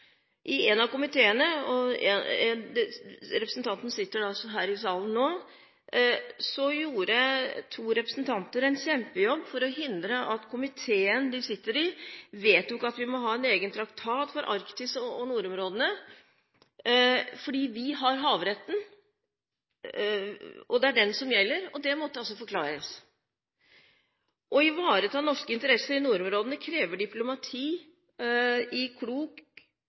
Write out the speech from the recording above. I en av komiteene gjorde to representanter – en av dem sitter her i salen nå – en kjempejobb for å hindre at komiteen de sitter i, vedtok at vi må ha en egen traktat for Arktis og nordområdene. For vi har havretten, og det er den som gjelder, og dette måtte altså forklares. Å ivareta norske interesser i nordområdene krever diplomati,